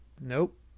nope